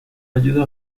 ayuda